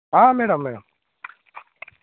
madam madam